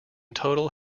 total